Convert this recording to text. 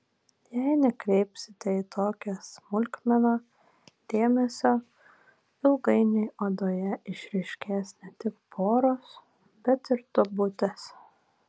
jei nekreipsite į tokią smulkmeną dėmesio ilgainiui odoje išryškės ne tik poros bet ir duobutės